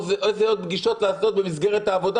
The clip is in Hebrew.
איזה עוד פגישות לעשות במסגרת העבודה,